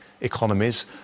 economies